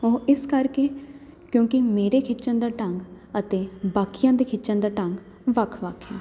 ਉਹ ਇਸ ਕਰਕੇ ਕਿਉਂਕਿ ਮੇਰੇ ਖਿੱਚਣ ਦਾ ਢੰਗ ਅਤੇ ਬਾਕੀਆਂ ਦੇ ਖਿੱਚਣ ਦਾ ਢੰਗ ਵੱਖ ਵੱਖ ਹੈ